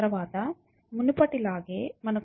తర్వాత మునుపటిలాగే మనకు ఈ లైన్ includestdio